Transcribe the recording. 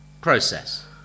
Process